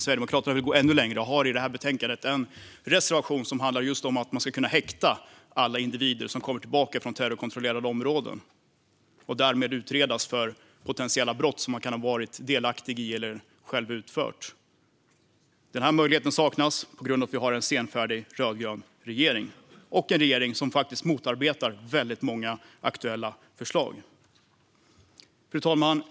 Sverigedemokraterna vill gå ännu längre och har i betänkandet en reservation som handlar om att man ska kunna häkta alla individer som kommer tillbaka från terrorkontrollerade områden. Därmed ska de kunna utredas för potentiella brott som de har kunnat vara delaktiga i eller själva utfört. Denna möjlighet saknas på grund av att vi har en senfärdig rödgrön regering och en regering som motarbetar många aktuella förslag. Fru talman!